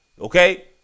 okay